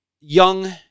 young